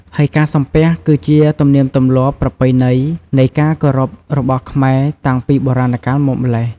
ហើយការសំពះ គឺជាទំនៀមទំម្លាប់ប្រពៃណីនៃការគោរពរបស់ខ្មែរតាំងពីបុរាណកាលមកម្ល៉េះ។